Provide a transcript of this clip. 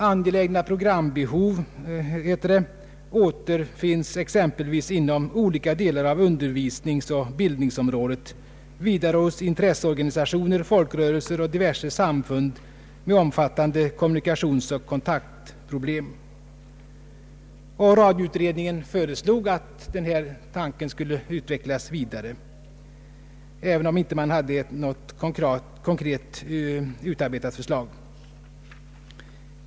Angelägna programbehov, hette det, återfinns ex empelvis inom olika delar av undervisningsoch utbildningsområdet, vidare hos intresseorganisationer, folkrörelser och diverse samfund med omfattande kommunikationsoch kontaktproblem. Radioutredningen föreslog att den här tanken skulle utvecklas vidare, även om man inte hade något konkret utarbetat förslag.